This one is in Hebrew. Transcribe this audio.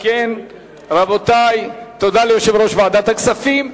אם כן, רבותי, תודה ליושב-ראש ועדת הכספים.